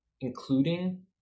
including